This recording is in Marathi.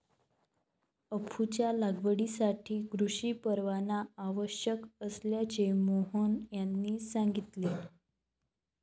अफूच्या लागवडीसाठी कृषी परवाना आवश्यक असल्याचे मोहन यांनी सांगितले